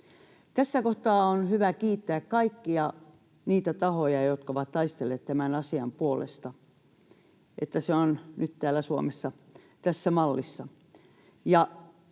Tässä kohtaa on hyvä kiittää kaikkia niitä tahoja, jotka ovat taistelleet tämän asian puolesta, että se on nyt täällä Suomessa tässä mallissa.